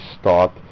start